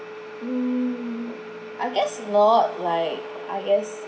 mm I guess it's not like I guess